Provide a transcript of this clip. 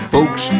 Folks